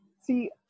see